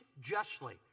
justly